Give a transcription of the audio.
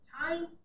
time